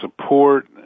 support